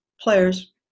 Players